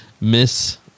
miss